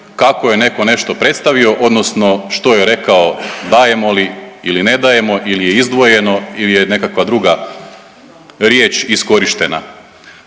kako je neko nešto predstavio odnosno što je rekao dajemo li ili ne dajemo ili je izdvojeno ili je nekakva druga riječ iskorištena.